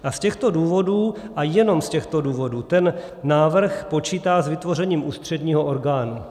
A z těchto důvodů, a jenom z těchto důvodů, ten návrh počítá s vytvořením ústředního orgánu.